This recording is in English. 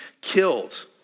killed